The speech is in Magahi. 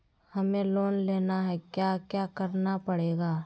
हमें लोन लेना है क्या क्या करना पड़ेगा?